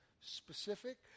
specific